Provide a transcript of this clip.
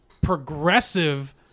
progressive